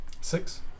six